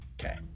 Okay